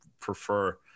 prefer